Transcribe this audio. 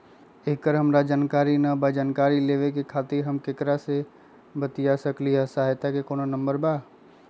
एकर हमरा जानकारी न बा जानकारी लेवे के खातिर हम केकरा से बातिया सकली ह सहायता के कोनो नंबर बा?